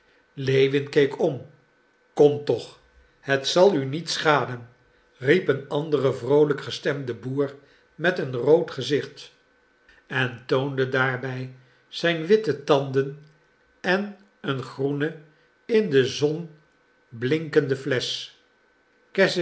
lewin keek om komt toch het zal u niet schaden riep een andere vroolijk gestemde boer met een rood gezicht en toonde daarbij zijn witte tanden en een groene in de zon blinkende flesch